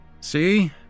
See